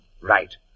Right